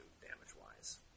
damage-wise